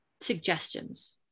suggestions